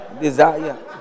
Desire